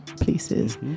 places